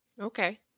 Okay